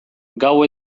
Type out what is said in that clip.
gau